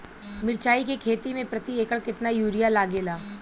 मिरचाई के खेती मे प्रति एकड़ केतना यूरिया लागे ला?